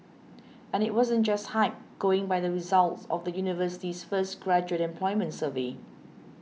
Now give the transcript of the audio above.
and it wasn't just hype going by the results of the university's first graduate employment survey